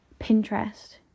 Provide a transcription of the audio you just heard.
pinterest